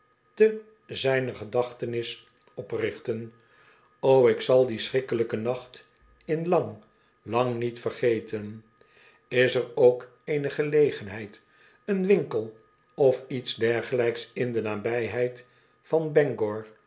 te zijner gedachtenis oprichten o ik zal dien schrikkelijken nacht in lang lang niet vergeten is er ook eene gelegenheid een winkel of iets dergelijks in de nabijheid van